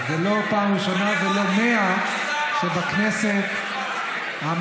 זו לא פעם ראשונה ולא ה-100 שבכנסת המציעים,